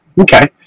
Okay